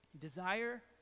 Desire